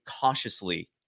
cautiously